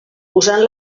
usant